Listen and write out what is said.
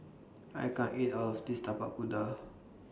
I can't eat All of This Tapak Kuda